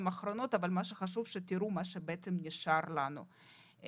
האחרונות אבל חשוב שתראו מה בעצם נשאר לנו.